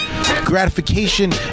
gratification